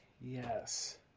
yes